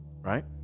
right